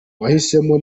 wahisemo